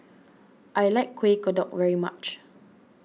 I like Kueh Kodok very much